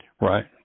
Right